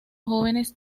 jóvenes